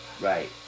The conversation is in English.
Right